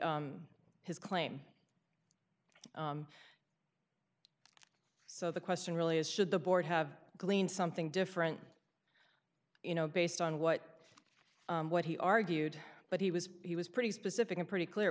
his claim so the question really is should the board have gleaned something different you know based on what what he argued but he was he was pretty specific and pretty clear